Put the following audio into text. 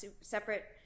separate